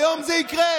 היום זה יקרה.